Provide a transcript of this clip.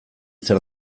zer